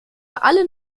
alle